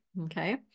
Okay